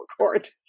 court